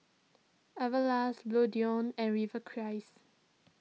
Everlast Bluedio and Rivercrest